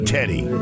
Teddy